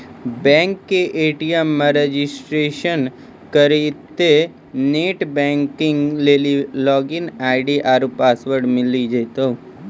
बैंको के ए.टी.एम मे रजिस्ट्रेशन करितेंह नेट बैंकिग लेली लागिन आई.डी आरु पासवर्ड मिली जैतै